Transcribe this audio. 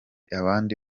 abandi